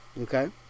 okay